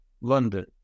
London